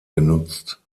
genutzt